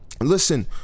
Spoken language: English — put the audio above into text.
Listen